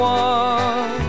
one